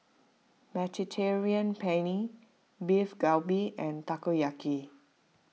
Mediterranean Penne Beef Galbi and Takoyaki